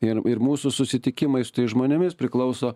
ir ir mūsų susitikimai su tais žmonėmis priklauso